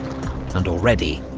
and already,